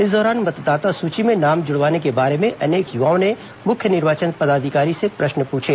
इस दौरान मतदाता सूची में नाम जुड़वाने के बारे में अनेक युवाओं ने मुख्य निर्वाचन पदाधिकारी से प्रश्न पूछे